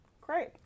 Great